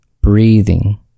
breathing